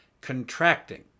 contracting